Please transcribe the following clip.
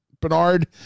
Bernard